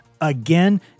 again